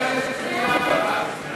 משרד ראש הממשלה,